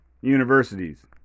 Universities